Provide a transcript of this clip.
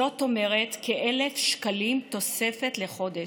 זאת אומרת כ-1,000 שקלים תוספת לחודש.